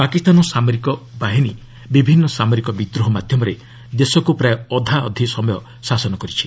ପାକିସ୍ତାନ ସାମରିକ ବାହିନୀ ବିଭିନ୍ନ ସାମରିକ ବିଦ୍ରୋହ ମାଧ୍ୟମରେ ଦେଶକୁ ପ୍ରାୟ ଅଧାଅଧି ସମୟ ଶାସନ କରିଛି